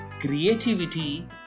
creativity